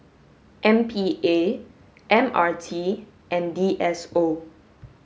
M P A M R T and D S O